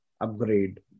upgrade